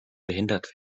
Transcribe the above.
behindert